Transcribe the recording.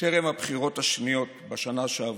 טרם הבחירות השניות, בשנה שעברה.